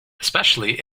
especially